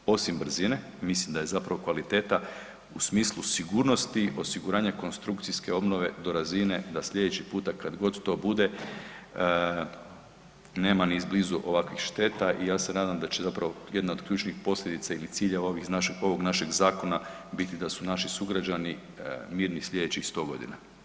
Osim brzine mislim da je zapravo kvaliteta u smislu sigurnosti, osiguranja konstrukcijske obnove do razine da slijedeći puta kad god to bude nema ni blizu ovakvih šteta i ja se nadam da će zapravo jedna od ključnih posljedica ili cilja ovog našeg zakona biti da su naši sugrađani mirni slijedećih 100 godina.